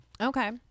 Okay